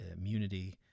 immunity